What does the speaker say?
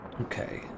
Okay